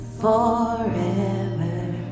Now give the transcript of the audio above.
forever